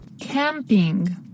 Camping